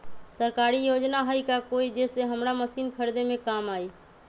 सरकारी योजना हई का कोइ जे से हमरा मशीन खरीदे में काम आई?